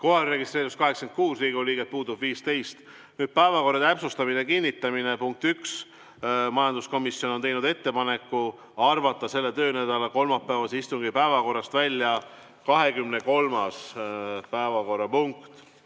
registreerus 86 Riigikogu liiget, puudub 15. Päevakorra täpsustamine ja kinnitamine. Punkt üks, majanduskomisjon on teinud ettepaneku arvata selle töönädala kolmapäevase istungi päevakorrast välja 23. päevakorrapunkt,